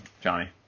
Johnny